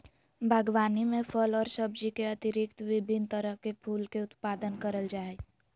बागवानी में फल और सब्जी के अतिरिक्त विभिन्न तरह के फूल के उत्पादन करल जा हइ